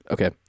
Okay